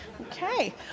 Okay